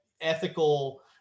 ethical